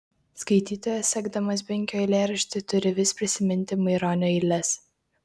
skaitytojas sekdamas binkio eilėraštį turi vis prisiminti maironio eiles